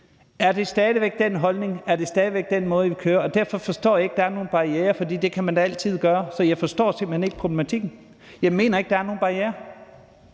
om det stadig væk er den holdning, om det stadig væk er den måde, man vil køre det på. Derfor forstår jeg ikke det med, at der skulle være nogle barrierer, for det kan man da altid gøre. Så jeg forstår simpelt hen ikke problematikken. Jeg mener ikke, at der er nogen barrierer.